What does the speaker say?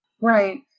Right